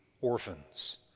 orphans